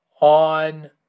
on